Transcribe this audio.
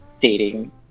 dating